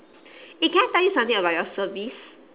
eh can I tell you something about your service